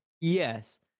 Yes